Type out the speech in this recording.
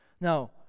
Now